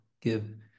give